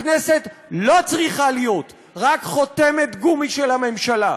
הכנסת לא צריכה להיות רק חותמת גומי של הממשלה.